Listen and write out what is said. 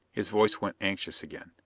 his voice went anxious again.